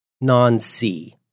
non-C